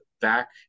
back